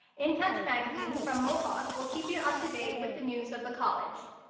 in touch magazine from mohawk will keep you up to date with the news of the college.